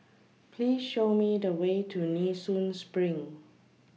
Please Show Me The Way to Nee Soon SPRING